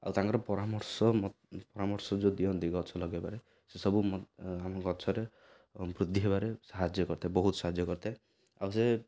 ଆଉ ତାଙ୍କର ପରାମର୍ଶ ପରାମର୍ଶ ଯେଉଁ ଦିଅନ୍ତି ଗଛ ଲଗେଇବାରେ ସେସବୁ ଆମ ଗଛରେ ବୃଦ୍ଧି ହେବାରେ ସାହାଯ୍ୟ କରିଥାଏ ବହୁତ ସାହାଯ୍ୟ କରିଥାଏ ଆଉ ସେ